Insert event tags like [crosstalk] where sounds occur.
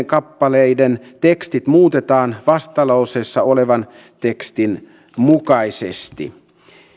[unintelligible] kappaleen tekstit muutetaan vastalauseessa olevan tekstin mukaisesti